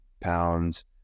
pounds